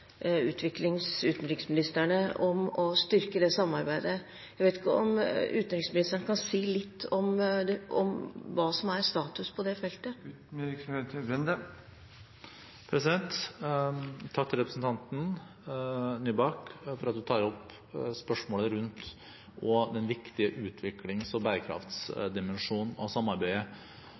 utviklings- og bistandspolitikk. Presidiet har fattet et vedtak hvor vi ber utviklings-/utenriksministrene om å styrke det samarbeidet. Jeg vet ikke om utenriksministeren kan si litt om hva som er status på det feltet. Takk til representanten Nybakk for at hun tar opp spørsmålet rundt den viktige utviklings- og bærekraftsdimensjonen av samarbeidet